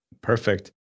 Perfect